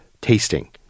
tasting